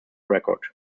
record